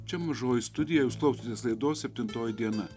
čia mažoji studija jūs klausėtės laidos septintoji diena